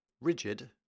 rigid